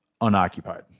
unoccupied